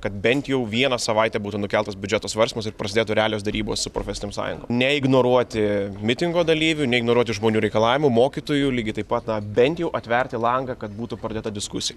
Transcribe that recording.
kad bent jau vieną savaitę būtų nukeltas biudžeto svarstymas ir prasidėtų realios derybos su profesinėm sąjungom neignoruoti mitingo dalyvių neignoruoti žmonių reikalavimų mokytojų lygiai taip pat na bent jau atverti langą kad būtų pradėta diskusija